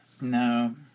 No